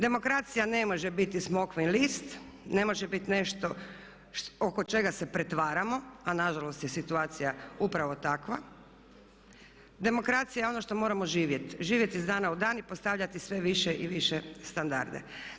Demokracija ne može biti smokvin list, ne može biti nešto oko čega se pretvaramo a nažalost je situacija upravo takva, demokracija je ono što moramo živjeti, živjeti iz dana u dan i postavljati sve više i više standarde.